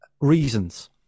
Reasons